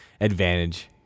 advantage